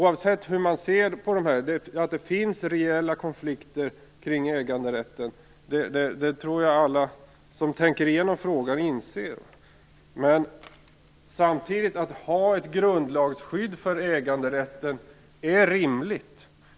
Att det finns reella konflikter kring äganderätten tror jag att alla som tänker igenom frågan inser, men samtidigt är det rimligt att ha ett grundlagsskydd för äganderätten.